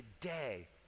today